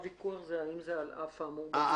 הוויכוח הוא האם זה על אף האמור בצו זה.